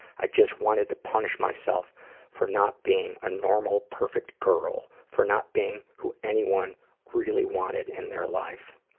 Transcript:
i just wanted to punish myself for not being a normal, perfect girl. for not being who anyone really wanted in their life.